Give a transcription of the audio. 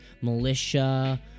militia